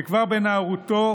וכבר בנערותו,